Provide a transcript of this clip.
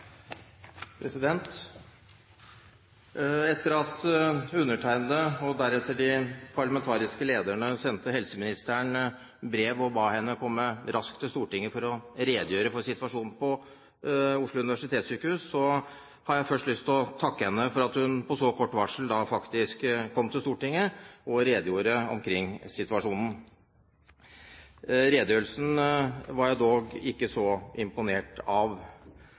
forbedre. Etter at undertegnede – og deretter de parlamentariske lederne – sendte helseministeren brev og ba henne komme raskt til Stortinget for å redegjøre for situasjonen ved Oslo universitetssykehus, har jeg først lyst til å takke henne for at hun på så kort varsel kom til Stortinget og redegjorde for situasjonen. Redegjørelsen var jeg dog ikke så imponert